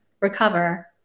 recover